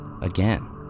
again